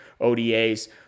odas